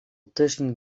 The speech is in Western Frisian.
tusken